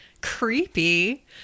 Creepy